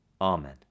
Amen